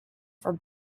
for